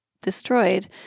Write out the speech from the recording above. destroyed